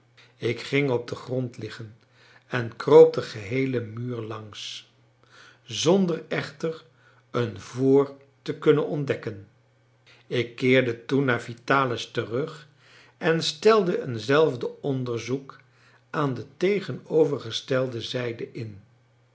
ik ging op den grond liggen en kroop den geheelen muur langs zonder echter een voor te kunnen ontdekken ik keerde toen naar vitalis terug en stelde een zelfde onderzoek aan de tegenovergestelde zijde in